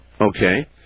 okay